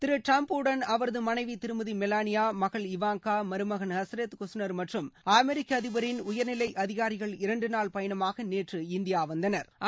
திரு Trump உடன் அவரது மனைவி திருமதி மெலனியா மகள் யுவாங்கா மருமகன் ஹசரேத் குஸ்னர் மற்றம் அமெரிக்க அதிபரின் உயர்நிலை அதிகாரிகள்இரண்டு நாள் பயணமாக நேற்று இந்தியா வந்தனா்